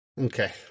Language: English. okay